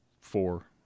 four